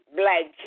black